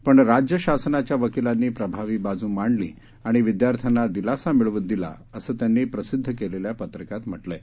पण राज्य शासनाच्या वकिलांनी प्रभावी बाजू मांडली आणि विद्यार्थ्यांना दिलासा मिळवून दिला असं त्यांनी प्रसिद्द केलेल्या पत्रकात म्हटलंय